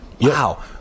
Wow